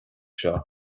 seo